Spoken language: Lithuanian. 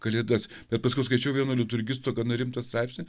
kalėdas bet paskiau skaičiau vieno liturgisto gana rimtą straipsnį